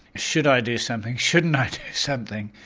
should i do something, shouldn't i do something.